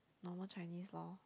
normal Chinese loh